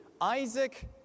Isaac